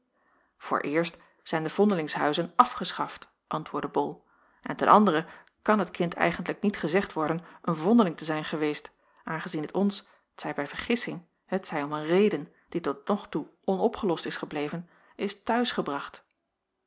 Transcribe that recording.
vooreerst zijn de vondelingshuizen afgeschaft antwoordde bol en ten andere kan het kind eigentlijk niet gezegd worden een vondeling te zijn geweest aangezien het ons t zij bij vergissing t zij om een reden die tot nog toe onopgelost is gebleven is t'huis gebracht